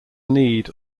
need